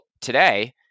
today